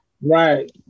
right